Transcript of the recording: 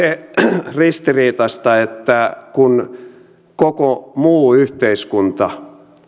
olisihan se ristiriitaista että kun koko muu yhteiskunta